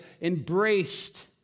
embraced